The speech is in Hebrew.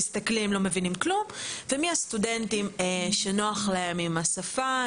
מסתכלים ולא מבינים כלום ומי הסטודנטים שנוח להם עם השפה,